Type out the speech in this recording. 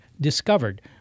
discovered